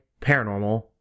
Paranormal